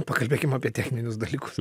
pakalbėkim apie techninius dalykus